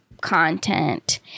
content